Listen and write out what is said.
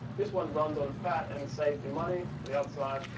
this one runs on fat and saves you money. on the other side,